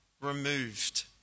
removed